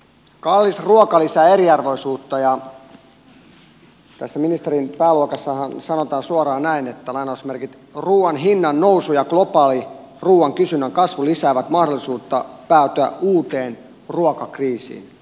kallis ruoka lisää eriarvoisuutta ja tässä ministerin pääluokassahan sanotaan suoraan näin että ruoan hinnan nousu ja globaali ruoan kysynnän kasvu lisäävät mahdollisuutta päätyä uuteen ruokakriisiin